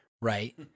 right